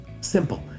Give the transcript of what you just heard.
Simple